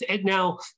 now